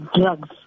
drugs